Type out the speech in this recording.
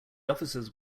officers